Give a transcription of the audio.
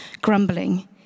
grumbling